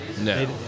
No